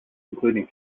including